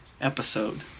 episode